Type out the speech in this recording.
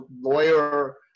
lawyer